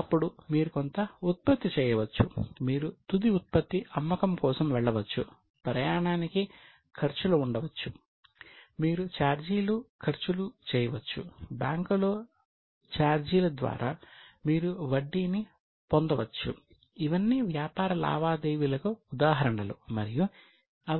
అప్పుడు మీరు కొంత ఉత్పత్తి చేయవచ్చు మీరు తుది ఉత్పత్తి అమ్మకం కోసం వెళ్ళవచ్చు ప్రయాణానికి ఖర్చులు ఉండవచ్చు మీరు ఛార్జీలు ఖర్చులు చేయవచ్చు బ్యాంకు ఛార్జీల ద్వారా మీరు వడ్డీని పొందవచ్చు ఇవన్నీ వ్యాపార లావాదేవీలకు ఉదాహరణలు మరియు అవి నమోదు చేయబడాలి